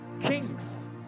kings